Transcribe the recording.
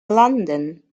london